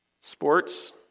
Sports